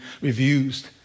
reviews